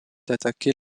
attaquée